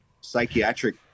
psychiatric